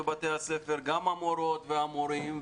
המורים,